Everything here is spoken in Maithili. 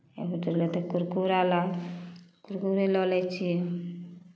एक गोटे कहतै कुरकुरा ला तऽ कुरकुरे लऽ लै छियै